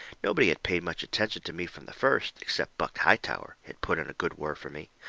nobody had paid much attention to me from the first, except buck hightower had put in a good word fur me.